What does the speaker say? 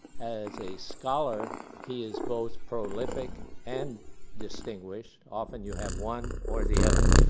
as a scholar, he is both prolific and distinguished. often you have one or the other,